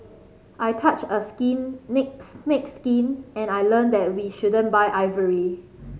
I touched a skin neck snake's skin and I learned that we shouldn't buy ivory